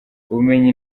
ubumenyi